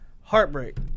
Heartbreak